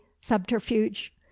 subterfuge